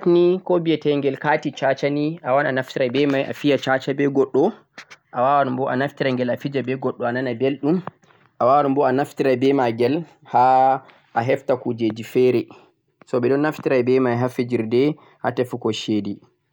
card ni ko bhitegel kati chacha ni a wawan a naftira beh mai a fiya chacha beh goddo a wawan boh a a naftira ghel a fija beh goddo a nana beldhum a wawan boh a naftira beh maghel a ha a hefta kujeji fere so bedo naftira beh mai ha fijirde ha tefugo chede